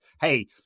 hey